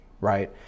right